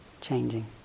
changing